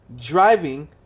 driving